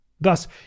Thus